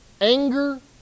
Anger